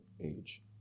age